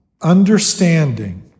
understanding